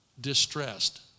distressed